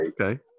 Okay